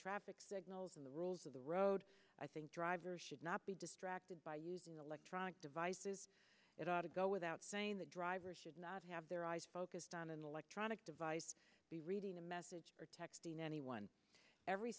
traffic signals and the rules of the road i think drivers should not be distracted by using electronic devices it ought to go without saying the driver should not have their eyes focused on an electronic device to be reading a message or texting anyone every